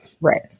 Right